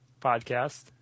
podcast